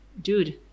dude